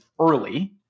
early